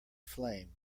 flame